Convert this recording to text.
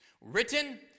Written